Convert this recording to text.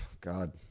God